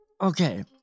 Okay